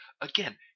again